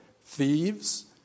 thieves